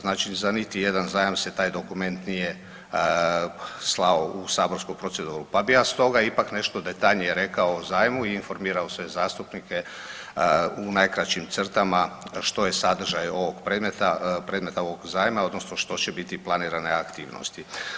Znači za niti jedan zajam se taj dokument nije slao u saborsku proceduru, pa bi ja stoga ipak nešto detaljnije rekao o zajmu i informirao sve zastupnike u najkraćim crtama što je sadržaj ovog predmeta, predmeta ovog zajma odnosno što će biti planirane aktivnosti.